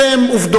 אלה הן עובדות,